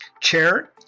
chair